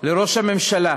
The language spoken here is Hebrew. לראש הממשלה